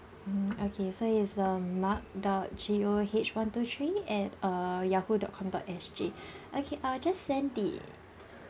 mm okay so is um mark dot G O H one two three at uh yahoo dot com dot S G okay I'll just send the